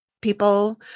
people